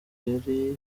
yari